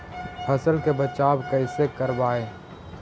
फसल के बचाब कैसे करबय?